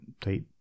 type